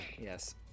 yes